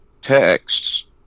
texts